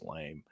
lame